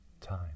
time